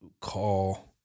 call